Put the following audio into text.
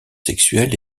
sexuel